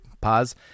pause